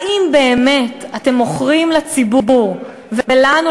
האם באמת אתם מוכרים לציבור ולנו,